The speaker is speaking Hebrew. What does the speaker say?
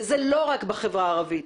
וזה לא רק בחברה הערבית.